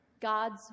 God's